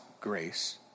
grace